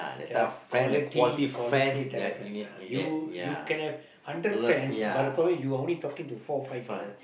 the quality quality type of friends ah you you can have hundred friends but the problem you are only talking four five or less